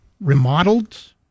remodeled